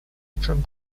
from